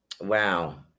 Wow